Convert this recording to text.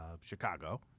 Chicago